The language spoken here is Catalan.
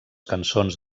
cançons